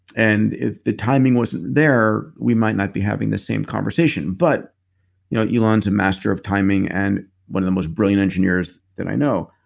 and if the timing wasn't there, we might not be having this same conversation. but you know elon's a master of timing and one of the most brilliant engineers that i know.